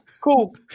cool